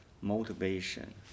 motivation